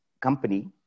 company